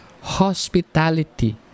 hospitality